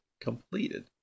completed